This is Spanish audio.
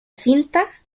cinta